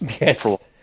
Yes